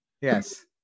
yes